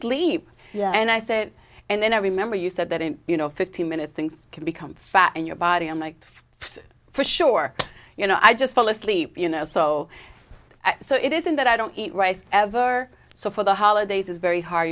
sleep and i said and then i remember you said that in you know fifteen minutes things can become fat in your body i'm like for sure you know i just fall asleep you know so so it isn't that i don't eat rice ever so for the holidays it's very hard